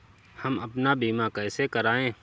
हम अपना बीमा कैसे कराए?